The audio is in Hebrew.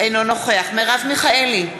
אינו נוכח מרב מיכאלי,